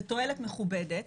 זה תועלת מכובדת,